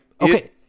okay